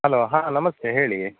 hello ಹಾಂ ನಮಸ್ತೆ ಹೇಳಿ